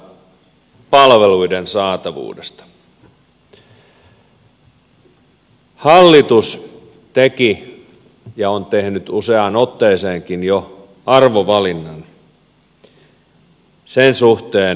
hallitus teki ja on tehnyt jo useaankin otteeseen arvovalinnan sen suhteen miten rahojamme käytetään